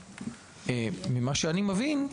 ממה שאני מבין,